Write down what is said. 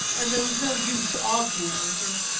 and there was no use arguing with him.